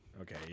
Okay